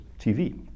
TV